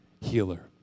healer